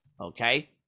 Okay